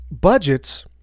budgets